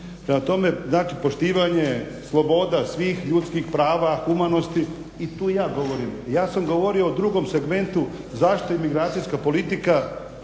znači poštivanje sloboda, svih ljudskih prava, humanosti i tu ja govorim. Ja sam govorio o drugom segmentu zašto je migracijska politika